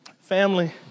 Family